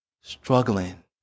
struggling